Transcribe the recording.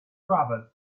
travels